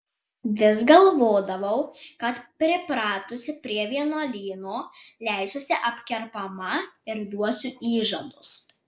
vis galvodavau kad pripratusi prie vienuolyno leisiuosi apkerpama ir duosiu įžadus